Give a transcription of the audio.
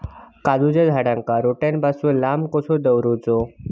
काजूच्या झाडांका रोट्या पासून लांब कसो दवरूचो?